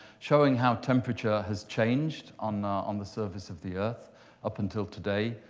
showing how temperature has changed on on the surface of the earth up until today,